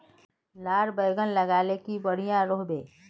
लार बैगन लगाले की बढ़िया रोहबे?